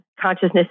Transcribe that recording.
consciousness